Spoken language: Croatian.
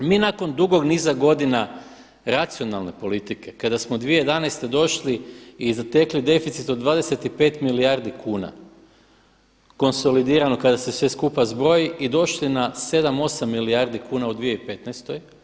Mi nakon dugog niza godina racionalne politike kada smo 2011. došli i zatekli deficit od 25 milijardi kuna konsolidirano kada se sve skupa zbroji i došli na 7, 8 milijardi kuna u 2015.